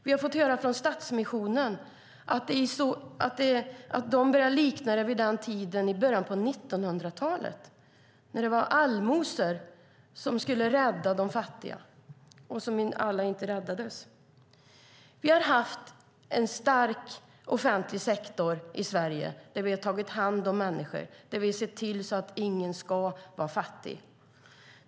Vi har fått höra från Stadsmissionen att de börjar likna situationen vid tiden i början av 1900-talet, när det var allmosor som skulle rädda de fattiga, men alla räddades inte. Vi har haft en stark offentlig sektor i Sverige där vi har tagit hand om människor, där vi har sett till att ingen ska vara fattig.